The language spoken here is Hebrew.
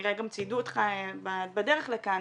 וכנראה גם ציידו אותך בדרך לכאן